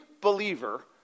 believer